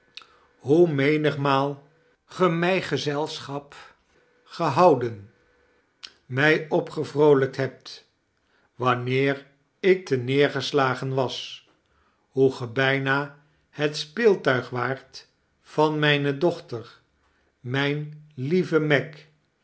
hoe charles dickens menigmaal ge mij gezelschap gehouden mij opgevroolijkt hebt wanneer ik terneergeslagen was hoe ge bijna bet speelfcuig waart van mijne dochter mijn meve meg